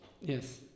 Yes